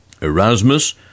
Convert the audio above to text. Erasmus